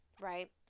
right